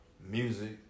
Music